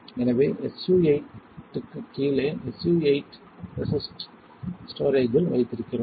எனவே SU 8 க்கு கீழே SU 8 ரெசிஸ்ட் ஸ்டோரேஜில் வைத்திருக்கிறோம்